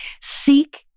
seek